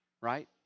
right